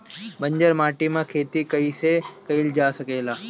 बंजर माटी में खेती कईसे कईल जा सकेला?